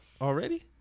already